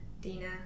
Dina